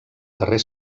carrer